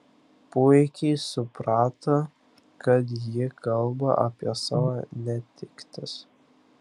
puikiai suprato kad ji kalba apie savo netektis